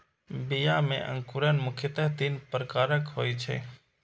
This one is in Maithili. बीया मे अंकुरण मुख्यतः तीन प्रकारक होइ छै